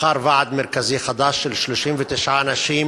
נבחר ועד מרכזי חדש של 39 אנשים,